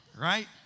right